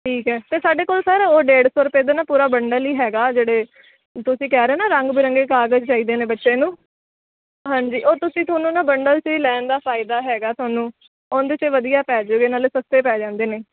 ਠੀਕ ਹੈ ਅਤੇ ਸਾਡੇ ਕੋਲ ਸਰ ਉਹ ਡੇਢ ਸੌ ਰੁਪਏ ਦੇ ਨਾ ਪੂਰਾ ਬੰਡਲ ਹੀ ਹੈਗਾ ਜਿਹੜੇ ਤੁਸੀਂ ਕਹਿ ਰਹੇ ਹੋ ਨਾ ਰੰਗ ਬਿਰੰਗੇ ਕਾਗਜ਼ ਚਾਹੀਦੇ ਨੇ ਬੱਚੇ ਨੂੰ ਹਾਂਜੀ ਉਹ ਤੁਸੀਂ ਤੁਹਾਨੂੰ ਨਾ ਬੰਡਲ 'ਚ ਹੀ ਲੈਣ ਦਾ ਫ਼ਾਇਦਾ ਹੈਗਾ ਤੁਹਾਨੂੰ ਉਹਦੇ 'ਚ ਵਧੀਆ ਪੈ ਜੂਗੇ ਨਾਲ ਸਸਤੇ ਪੈ ਜਾਂਦੇ ਨੇ